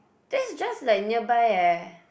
then it's just like nearby eh